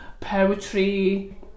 poetry